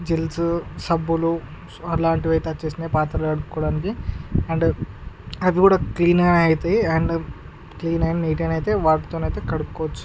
gels సబ్బులు అలాంటివి అయితే వచ్చేసినాయి పాత్రలు కడుక్కోవడానికి అండ్ అవి కూడా క్లీన్గా అవుతాయి అండ్ క్లీన్ అండ్ నీట్ అవుతాయి వాటితోని అయితే కడుక్కోవచ్చు